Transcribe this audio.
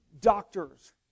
doctors